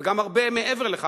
וגם הרבה מעבר לכך.